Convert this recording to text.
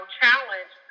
challenge